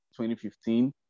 2015